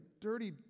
dirty